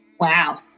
Wow